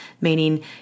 meaning